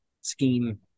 scheme